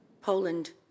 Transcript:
Poland